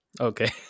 Okay